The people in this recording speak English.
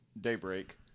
Daybreak